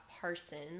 Parsons